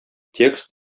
текст